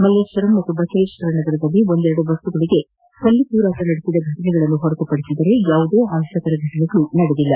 ಮಲೇಶ್ವರಂ ಹಾಗೂ ಬಸವೇಶ್ವರ ನಗರದಲ್ಲಿ ಒಂದೆರಡು ಬಸ್ಗಳಿಗೆ ಕಲ್ಲು ತೂರಾಟ ನಡೆಸಿದ ಘಟನೆಗಳು ಹೊರತುಪಡಿಸಿದರೆ ಯಾವುದೇ ಅಹಿತಕರ ಘಟನೆಗಳು ನಡೆದಿಲ್ಲ